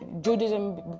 Judaism